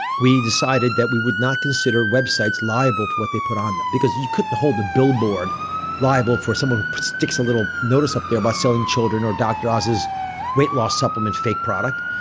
we decided that we would not consider websites liable for what they put on them. because you couldn't hold a billboard liable for someone who sticks a little notice up there about selling children or dr. ah oz's weight loss supplement fake product.